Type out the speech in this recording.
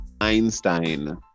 Einstein